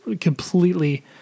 completely